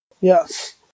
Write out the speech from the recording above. Yes